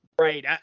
right